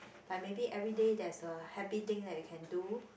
like maybe everyday there's a happy thing that you can do